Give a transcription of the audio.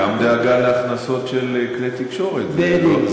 גם דאגה להכנסות של כלי תקשורת זה -- בדיוק.